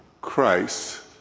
Christ